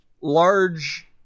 large